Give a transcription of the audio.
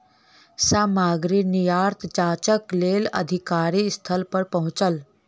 सामग्री निर्यात जांचक लेल अधिकारी स्थल पर पहुँचल